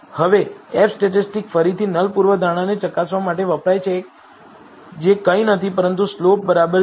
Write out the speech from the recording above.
હવે F statistic ફરીથી null પૂર્વધારણાને ચકાસવા માટે વપરાય છે જે કંઈ નથી પરંતુ સ્લોપ 0